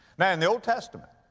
now in the old testament,